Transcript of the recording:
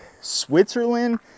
Switzerland